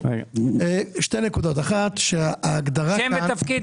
ויש הבטחה של השלמת